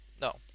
No